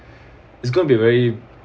is going to be very